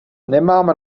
nemám